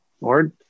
Lord